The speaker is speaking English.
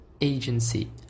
Agency